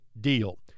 deal